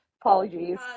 Apologies